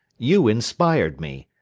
you inspired me.